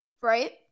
right